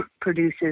produces